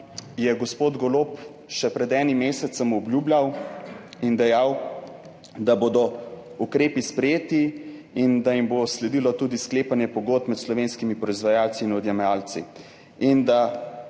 je gospod Golob še pred enim mesecem obljubljal in dejal, da bodo ukrepi sprejeti in da jim bo sledilo tudi sklepanje pogodb med slovenskimi proizvajalci in odjemalci in da